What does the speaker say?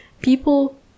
people